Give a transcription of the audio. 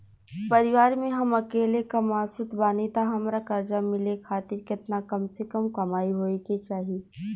परिवार में हम अकेले कमासुत बानी त हमरा कर्जा मिले खातिर केतना कम से कम कमाई होए के चाही?